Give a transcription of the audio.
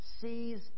sees